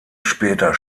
später